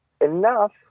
enough